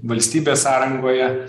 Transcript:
valstybės sąrangoje